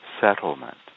settlement